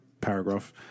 paragraph